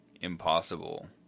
impossible